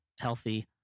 healthy